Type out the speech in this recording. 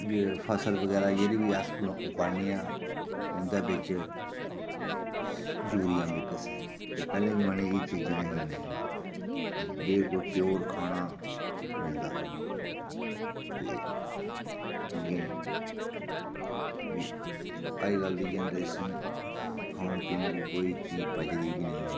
फसल बगैरा जेह्ड़ी बी अस उगाने आं उंटदे बिच्च यूरिया मिक्स ऐ ते पैह्ले जमान्ने च एह् चीजां ऐ हियां नेहियां बिलकुल प्योर खाना मिलदा हा ते अग्गें बी अज्ज कल दी जनरेशन खान पीन बी कोई चीज पचदी बी नेईं